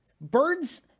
Birds